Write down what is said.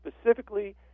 specifically